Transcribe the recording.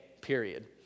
period